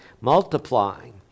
multiplying